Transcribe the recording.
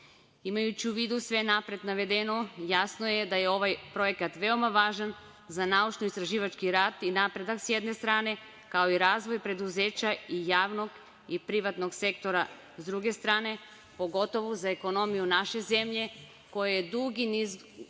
sektoru. Imajući u vidu sve napred navedeno, jasno je da je ovaj projekat veoma važan za naučno-istraživački rad i napredak s jedne strane, kao i razvoj preduzeća i javnog i privatnog sektora s druge strane, pogotovo za ekonomiju naše zemlje koja je dugi niz